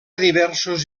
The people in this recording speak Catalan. diversos